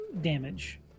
damage